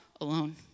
alone